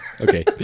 Okay